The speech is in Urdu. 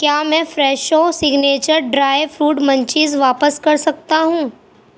کیا میں Fresho signature dry fruit munchies واپس کر سکتا ہوں